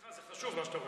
חשוב מה שאתה אומר.